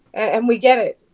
and we get it.